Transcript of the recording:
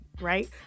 right